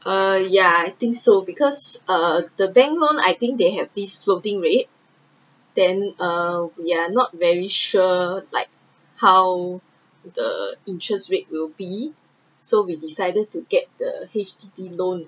err ya I think so because uh the bank loan I think they have this floating rate then uh we are not very sure like how the interest rate will be so we decided to get the H_D_B loan